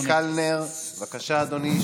חבר הכנסת אריאל קלנר, בבקשה, אדוני.